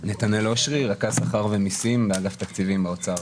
נתנאל אשרי, רכז שכר ומסים באגף התקציבים באוצר.